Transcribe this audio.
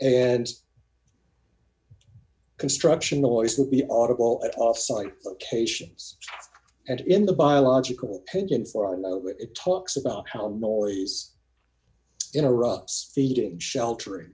and construction noise will be audible at offsite locations and in the biological penchant for i know it talks about how noise interrupts feeding sheltering